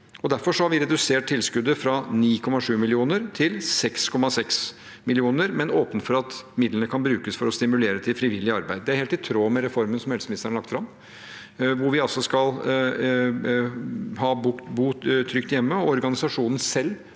Derfor har vi redusert tilskuddet fra 9,7 mill. kr til 6,6 mill. kr, men åpnet for at midlene kan brukes for å stimulere til frivillig arbeid. Det er helt i tråd med reformen som helseministeren har lagt fram, Bo trygt hjemme, og organisasjonen selv